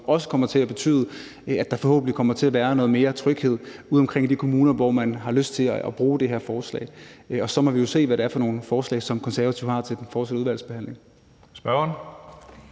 som også kommer til at betyde, at der forhåbentlig kommer til at være noget mere tryghed udeomkring i de kommuner, hvor man har lyst til at bruge det her forslag. Og så må vi jo se, hvad det er for nogle forslag, som Konservative har, i udvalgsbehandlingen.